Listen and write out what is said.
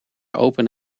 open